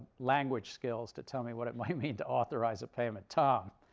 language skills to tell me what it might mean to authorize a payment. tom.